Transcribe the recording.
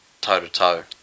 toe-to-toe